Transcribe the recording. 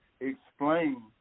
explain